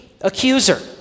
accuser